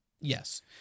Yes